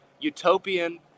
utopian